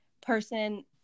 person